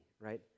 right